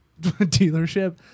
dealership